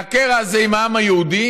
והקרע הזה עם העם היהודי,